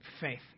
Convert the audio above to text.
faith